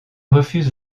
refuse